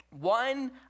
one